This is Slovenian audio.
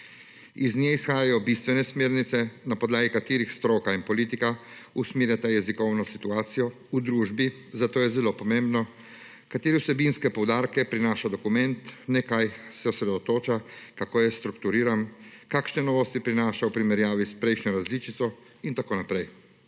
Iz nje izhajajo bistvene smernice na podlagi katerih stroka in politika usmerjata jezikovno situacijo v družbi, zato je zelo pomembno, katere vsebinske poudarke prinaša dokument, na kaj se osredotoča, kako je strukturiran, kakšne novosti prinaša v primerjavi s prejšnjo različico in tako naprej.